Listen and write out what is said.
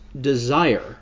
Desire